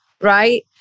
right